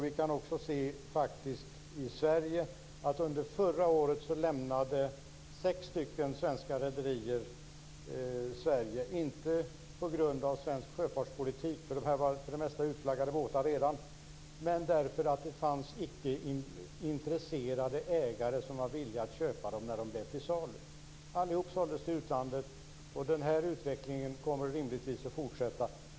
Vi kan också se detta i Sverige. Under förra året lämnade sex svenska rederier Sverige - inte på grund av svensk sjöfartspolitik, för det gällde för det mesta redan utflaggade båtar, men därför att det icke fanns intresserade ägare som var villiga att köpa dem när de blev till salu. Allihop såldes till utlandet. Denna utveckling kommer rimligtvis att fortsätta.